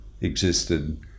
existed